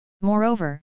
Moreover